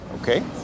Okay